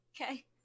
Okay